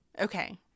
Okay